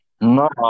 No